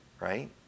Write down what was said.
right